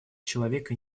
человека